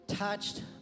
touched